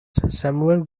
samuel